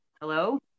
Hello